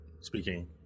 Speaking